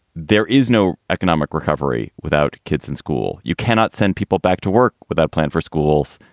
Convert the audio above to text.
there is no economic recovery without kids and school. you cannot send people back to work without plan for schools.